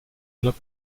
aller